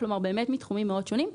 כלומר באמת מתחומים מאוד שונים,